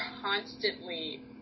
constantly